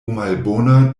malbona